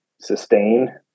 sustain